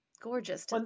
gorgeous